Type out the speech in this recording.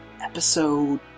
episode